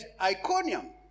Iconium